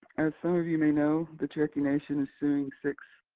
as some of you may know, the cherokee nation is suing six